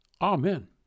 amen